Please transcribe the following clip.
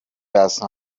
وزن